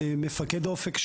מפקד אופק,